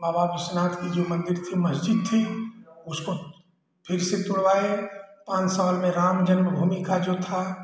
बाबा बिश्वनाथ की जो मंदिर थी मस्जिद थी उसको फिर से तुड़वाए पाँच साल में रामजन्म भूमि का जो था